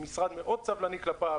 שהמשרד מאוד סבלני כלפיו.